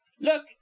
Look